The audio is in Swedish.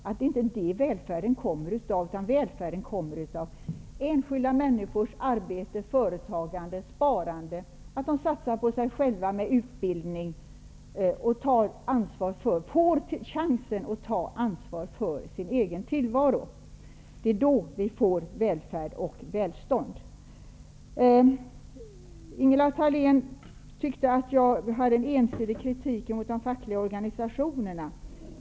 Det är inte det välfärden kommer av utan den kommer av enskilda människors arbetande, företagande och sparande, av att man satsar på sig själv genom utbildning och att man får chansen att ta ansvar för sin egen tillvaro. Det är då vi får välfärd och välstånd. Ingela Thalén tyckte att min kritik mot de fackliga organisationerna var ensidig.